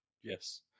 Yes